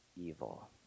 evil